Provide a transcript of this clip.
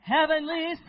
Heavenly